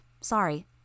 Sorry